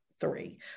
three